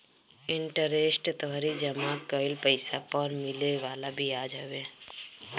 interest तोहरी जमा कईल पईसा पअ मिले वाला बियाज हवे